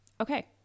Okay